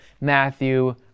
Matthew